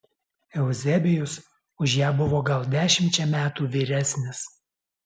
euzebijus už ją buvo gal dešimčia metų vyresnis